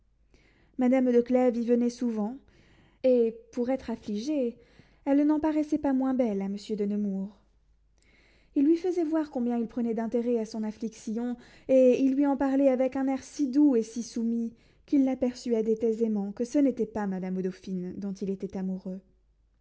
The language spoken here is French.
madame de clèves y venait souvent et pour être affligée elle n'en paraissait pas moins belle à monsieur de nemours il lui faisait voir combien il prenait d'intérêt à son affliction et il lui en parlait avec un air si doux et si soumis qu'il la persuadait aisément que ce n'était pas de madame la dauphine dont il était amoureux